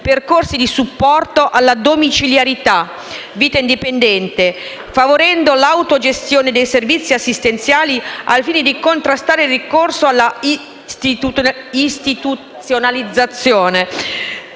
percorsi di supporto alla domiciliarità, favorendo l'autogestione dei servizi assistenziali al fine di contrastare il ricorso all'istituzionalizzazione,